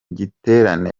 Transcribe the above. giterane